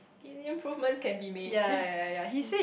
okay improvements can be made